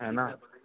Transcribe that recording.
है ना